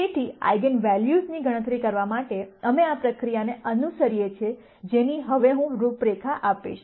તેથીઆઇગન values ની ગણતરી કરવા માટે અમે આ પ્રક્રિયાને અનુસરીએ છીએ જેની હવે હું રૂપરેખા આપીશ